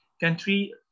country